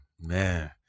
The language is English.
Man